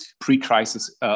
pre-crisis